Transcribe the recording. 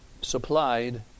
supplied